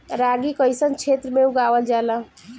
रागी कइसन क्षेत्र में उगावल जला?